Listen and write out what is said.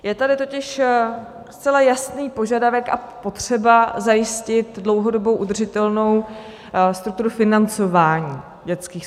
Je tady totiž zcela jasný požadavek a potřeba zajistit dlouhodobou udržitelnou strukturu financování dětských skupin.